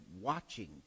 watching